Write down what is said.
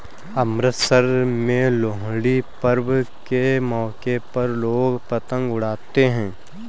अमृतसर में लोहड़ी पर्व के मौके पर लोग पतंग उड़ाते है